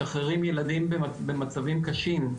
משחררים ילדים במצבים קשים,